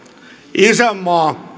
isänmaa